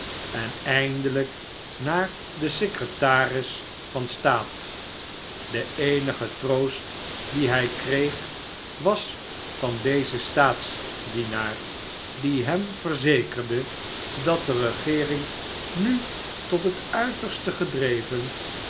en eindelijk naar den secretaris van staat de eenige troost dien hij kreeg was van dezen staatsdienaar die hem verzekerde dat de regeering nu tot het uiterste gedreven